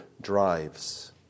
drives